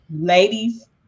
ladies